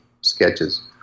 sketches